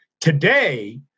Today